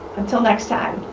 until next time!